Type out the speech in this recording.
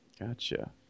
Gotcha